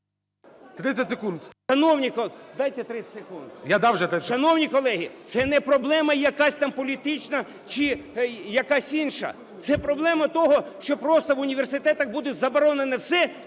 О.В. Шановні колеги, це не проблема якась там політична чи якась інша, це проблема того, що просто в університетах буде заборонено все,